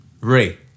Ray